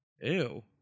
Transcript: Ew